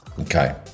okay